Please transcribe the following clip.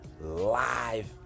live